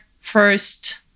first